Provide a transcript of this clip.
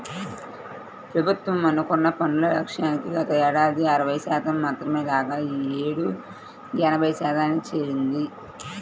ప్రభుత్వం అనుకున్న పన్నుల లక్ష్యానికి గతేడాది అరవై శాతం మాత్రమే రాగా ఈ యేడు ఎనభై శాతానికి చేరింది